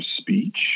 speech